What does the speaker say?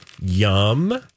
Yum